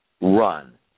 run